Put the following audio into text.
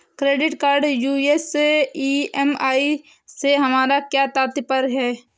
Credit card US EMI से हमारा क्या तात्पर्य है?